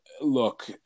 look